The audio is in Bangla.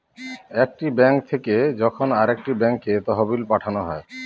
একটি ব্যাঙ্ক থেকে যখন আরেকটি ব্যাঙ্কে তহবিল পাঠানো হয়